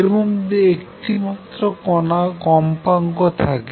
এর মধ্যে একটি মাত্র কম্পাঙ্ক থাকে